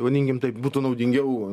vadinkim taip būtų naudingiau